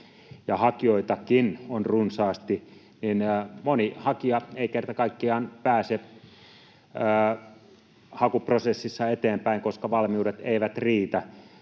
hakijoitakin on runsaasti, niin moni hakija ei kerta kaikkiaan pääse hakuprosessissa eteenpäin, koska valmiudet eivät riitä.